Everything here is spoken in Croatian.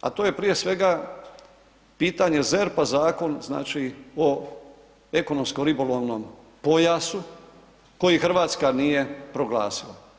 a to je prije svega pitanje ZERP-a, zakon znači o ekonomsko-ribolovnom pojasu koji Hrvatska nije proglasila.